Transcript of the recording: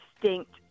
distinct